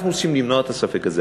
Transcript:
אנחנו רוצים למנוע את הספק הזה.